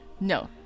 No